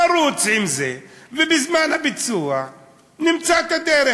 נרוץ עם זה, ובזמן הביצוע נמצא את הדרך.